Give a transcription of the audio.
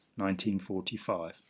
1945